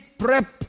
prep